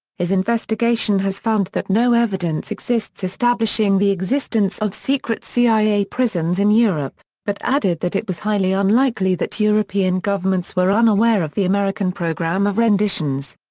his investigation has found that no evidence exists establishing the existence of secret cia prisons in europe, but added that it was highly unlikely that european governments were unaware of the american program of renditions.